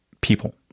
people